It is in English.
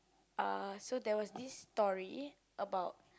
uh so there was this story about